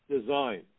design